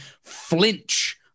flinch